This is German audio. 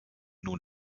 nun